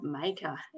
maker